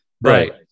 Right